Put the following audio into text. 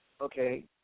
Okay